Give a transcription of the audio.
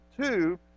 Two